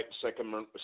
Second